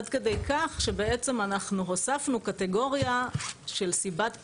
עד כדי כך שבעצם אנחנו הוספנו קטגוריה של סיבת פנייה,